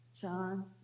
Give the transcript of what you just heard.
John